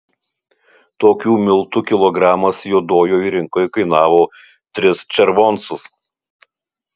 tokių miltų kilogramas juodojoj rinkoj kainavo tris červoncus